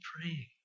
praying